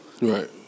Right